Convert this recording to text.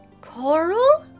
Coral